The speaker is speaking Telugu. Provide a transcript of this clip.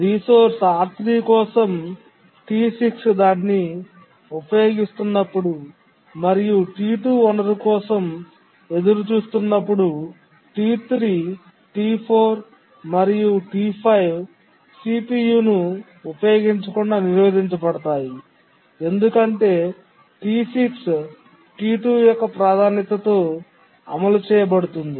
రిసోర్స్ R3 కోసం T6 దాన్ని ఉపయోగిస్తున్నప్పుడు మరియు T2 వనరు కోసం ఎదురుచూస్తున్నప్పుడు T3 T4 మరియు T5 CPU ను ఉపయోగించకుండా నిరోధించబడతాయి ఎందుకంటే T6 T2 యొక్క ప్రాధాన్యతతో అమలు చేయబడుతుంది